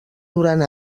durant